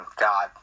God